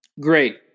great